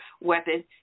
weapon